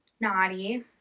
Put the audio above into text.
naughty